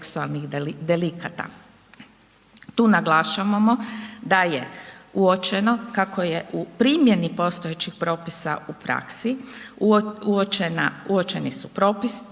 Tu naglašavamo da je uočeno kako je u primjeni postojećih propisa u praksi uočeni su propusti